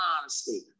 honesty